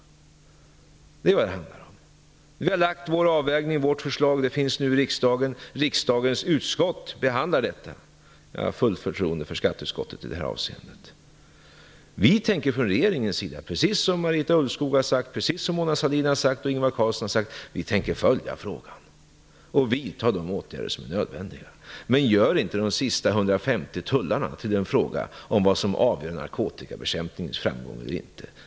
Det är vad det handlar om. Vi har lagt en avvägning i vårt förslag, som nu finns i riksdagen. Riksdagens utskott behandlar detta. Jag har fullt förtroende för skatteutskottet i det här avseendet. Precis som Marita Ulvskog, Mona Sahlin och Ingvar Carlsson har sagt, tänker vi från regeringens sida följa frågan och vidta de åtgärder som är nödvändiga. Men gör inte de sista 150 tullarna till den fråga som avgör narkotikabekämpningens framgång!